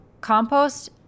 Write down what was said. compost